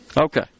okay